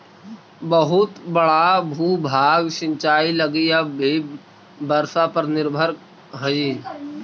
बहुत बड़ा भूभाग सिंचाई लगी अब भी वर्षा पर निर्भर हई